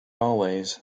always